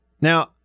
Now